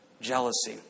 Jealousy